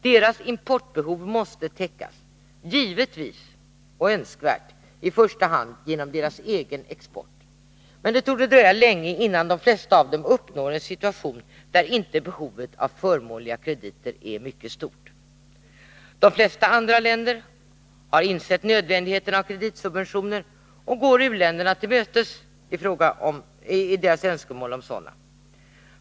Deras importbehov måste täckas, givetvis — och det är önskvärt — i första hand genom deras egen export, men det torde dröja länge innan de flesta av dem uppnår en situation där inte behovet av förmånliga krediter är mycket stort. De flesta andra länder har insett nödvändigheten av kreditsubventioner och går u-länderna till mötes i deras önskemål om sådana.